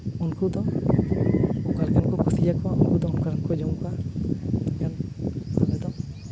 ᱩᱱᱠᱩ ᱫᱚ ᱚᱠᱟ ᱞᱮᱠᱟᱱ ᱠᱚ ᱠᱩᱥᱤᱭᱟ ᱠᱚᱣᱟ ᱩᱱᱠᱩ ᱫᱚ ᱚᱱᱠᱟ ᱠᱚ ᱡᱚᱢ ᱠᱚᱣᱟ ᱤᱧᱟᱹᱜ ᱢᱮᱱᱫᱚ